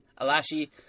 Alashi